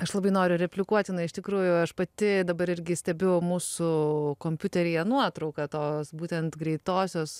aš labai noriu replikuoti na iš tikrųjų aš pati dabar irgi stebiu mūsų kompiuteryje nuotrauką tos būtent greitosios